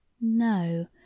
No